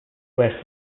west